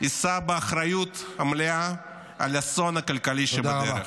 יישא באחריות המלאה על האסון הכלכלי שבדרך.